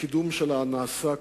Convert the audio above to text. הקידום שלה נעשה,